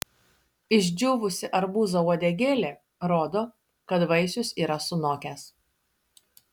išdžiūvusi arbūzo uodegėlė rodo kad vaisius yra sunokęs